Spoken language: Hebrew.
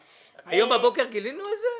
היום בבוקר גילינו את זה?